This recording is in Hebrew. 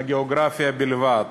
גיאוגרפיה בלבד.